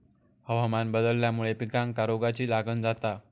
हवामान बदलल्यामुळे पिकांका रोगाची लागण जाता